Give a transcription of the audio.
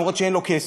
גם אם אין לו כסף.